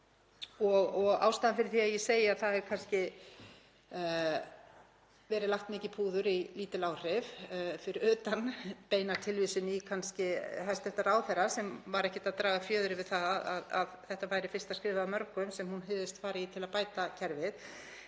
og ástæðan fyrir því að ég segi að það hafi kannski verið lagt mikið púður í lítil áhrif, fyrir utan beina tilvísun í hæstv. ráðherra sem var ekkert að draga fjöður yfir það að þetta væri fyrsta skrefið af mörgum sem hún hygðist fara í til að bæta kerfið,